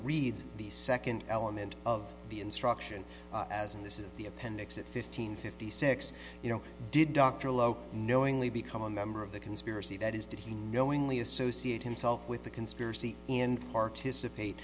reads the second element of the instruction as in this is the appendix at fifteen fifty six you know did dr loeb knowingly become a member of the conspiracy that is did he knowingly associate himself with the conspiracy in participate